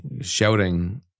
shouting